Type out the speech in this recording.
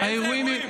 איזה אירועים?